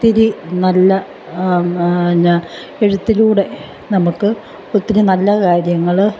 ഒത്തിരി നല്ല എഴുത്തിലൂടെ നമുക്ക് ഒത്തിരി നല്ല കാര്യങ്ങൾ